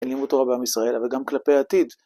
לימוד תורה בעם ישראל אבל גם כלפי העתיד.